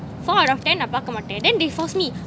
four out of ten நா பாக்க மாட்டேன்:na paaka matean then they force me